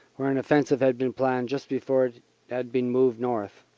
where an offensive had been planned just before it had been moved north.